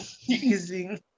using